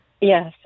Yes